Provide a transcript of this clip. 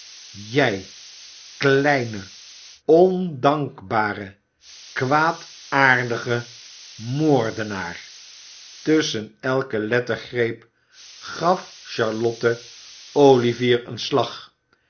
jij klei ne on dank ba re kwaad aar di ge moor de naar tusschen elke lettergreep gaf charlotte olivier een slag